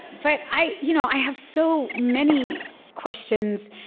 but i you know i have so many questions.